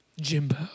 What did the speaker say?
Jimbo